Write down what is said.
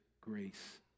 grace